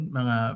mga